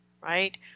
right